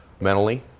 mentally